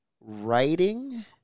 writing